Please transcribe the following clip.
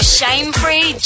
shame-free